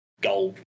gold